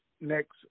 next